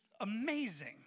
amazing